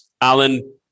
Alan